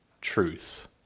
truth